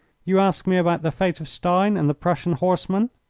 you ask me about the fate of stein and the prussian horsemen!